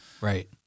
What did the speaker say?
right